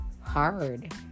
hard